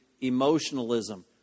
emotionalism